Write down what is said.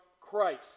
Christ